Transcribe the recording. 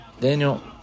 Daniel